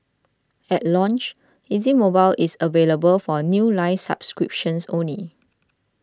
at launch Easy Mobile is available for new line subscriptions only